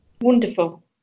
wonderful